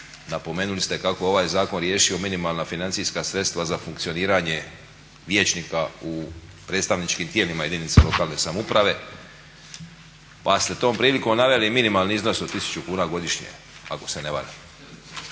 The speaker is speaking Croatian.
napomenuli ste kako je ovaj zakon riješio minimalna financijska sredstva za funkcioniranje vijećnika u predstavničkim tijelima jedinice lokalne samouprave pa ste tom prilikom naveli minimalni iznos od tisuću kuna godišnje, ako se ne varam.